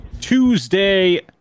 tuesday